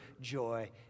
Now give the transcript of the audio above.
joy